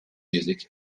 music